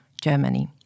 Germany